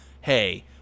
hey